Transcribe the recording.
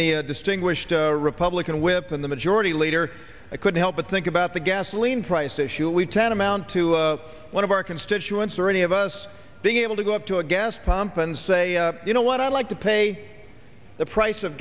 the distinguished republican whip and the majority leader i couldn't help but think about the gasoline prices should we tend amount to one of our constituents or any of us being able to go up to a gas pump and say you know what i'd like to pay the price of